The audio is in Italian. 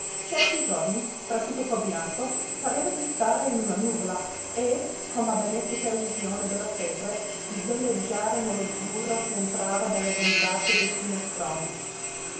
certi giorni tra tutto quel bianco pareva di stare in una nuvola e con la benefica illusione della febbre di veleggiare nell'azzurro ch'entrava dalle vetrate dei finestroni